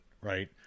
right